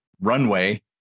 runway